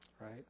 right